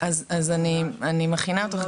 -- אז אני מכינה אותך,